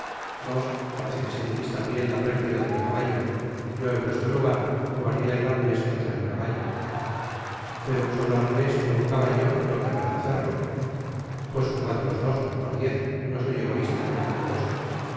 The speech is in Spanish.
vos parece que sentis tambien la pérdida del caballo yo en vuestro lugar jugaria el arnés contra el caballo pero un solo arnés por un caballo no querrá hacerlo pues jugad los dos pardiez no soy egoista yo como vos